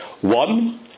One